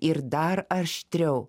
ir dar aštriau